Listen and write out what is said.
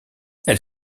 elle